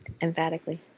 Emphatically